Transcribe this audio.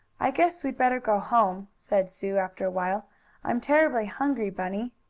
i guess we'd better go home, said sue after awhile. i'm terribly hungry, bunny.